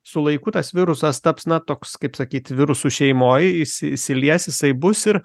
su laiku tas virusas taps na toks kaip sakyt virusų šeimoj jis įsilies jisai bus ir